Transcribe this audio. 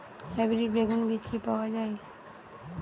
Hybrid বেগুন বীজ কি পাওয়া য়ায়?